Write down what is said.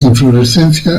inflorescencia